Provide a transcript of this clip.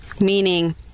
Meaning